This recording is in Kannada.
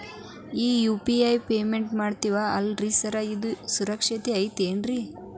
ಈ ಯು.ಪಿ.ಐ ಪೇಮೆಂಟ್ ಮಾಡ್ತೇವಿ ಅಲ್ರಿ ಸಾರ್ ಅದು ಸುರಕ್ಷಿತ್ ಐತ್ ಏನ್ರಿ?